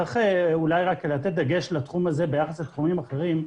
צריך אולי רק לתת דגש לתחום הזה ביחס לתחומים אחרים.